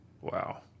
wow